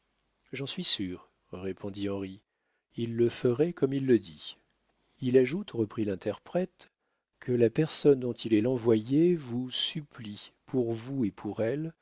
j'en suis sûr répondit henri il le ferait comme il le dit il ajoute reprit l'interprète que la personne dont il est l'envoyé vous supplie pour vous et pour elle